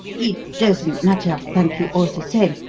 it doesn't matter, thank you all the same.